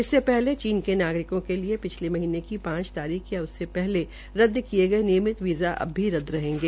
इससे पहले चीन के नागरिकों के लिए पिछले महीनें की पांच तारीख या उससे पहले रद्द किये गये नियमित वीज़ा अ भी रद्द रहेंगे